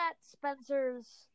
Spencer's